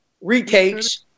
retakes